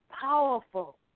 powerful